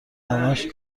همش